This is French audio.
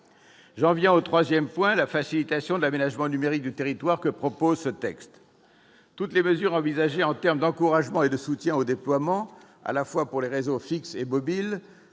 de loi. Le troisième point concerne la facilitation de l'aménagement numérique du territoire que propose ce texte. Toutes les mesures envisagées en termes d'encouragement et de soutien au déploiement, à la fois pour les réseaux fixes et mobiles,